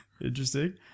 Interesting